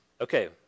Okay